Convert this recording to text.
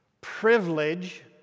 privilege